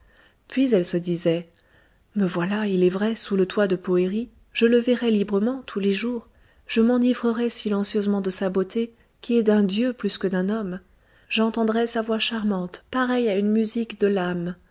puis elle se disait me voilà il est vrai sous le toit de poëri je le verrai librement tous les jours je m'enivrerai silencieusement de sa beauté qui est d'un dieu plus que d'un homme j'entendrai sa voix charmante pareille à une musique de l'âme